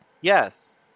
Yes